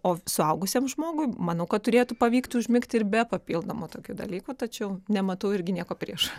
o suaugusiam žmogui manau kad turėtų pavykt užmigt ir be papildomų tokių dalykų tačiau nematau irgi nieko prieš